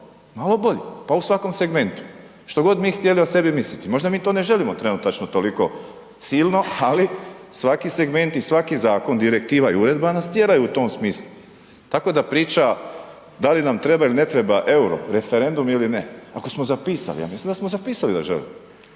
malo bolji, pa u svakom segmentu. Što god mi htjeli o sebi misliti. Možda mi to ne želimo trenutačno toliko silno ali svaki segment i svaki zakon, direktiva i uredba nas tjeraju u tom smislu. Tako da priča da li nam treba ili ne treba euro, referendum ili ne. Ako smo zapisali, ja mislim da smo zapisali da želimo,